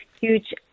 huge